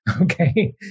okay